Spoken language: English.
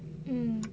mm